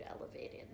elevated